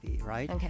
right